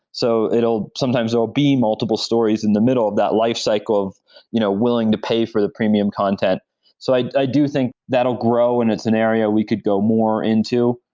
so it'll sometimes will be multiple stories in the middle of that lifecycle of you know willing to pay for the premium content so i i do think that will grow and it's an area we could go more into.